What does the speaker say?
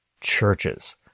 churches